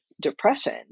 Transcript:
depression